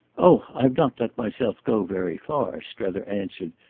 oh i've not let myself go very far, strether answered,